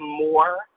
more